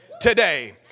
today